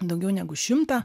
daugiau negu šimtą